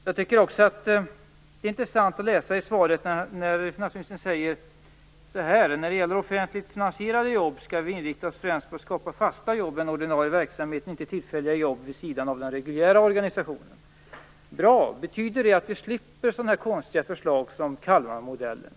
Jag tycker också att det är intressant att finansministern säger i svaret: När det gäller offentligt finansierade jobb skall vi inrikta oss främst på att skapa fasta jobb i den ordinarie verksamheten, inte tillfälliga jobb vid sidan av den reguljära organisationen. Bra! Betyder det att vi slipper sådana konstiga förslag som Kalmarmodellen?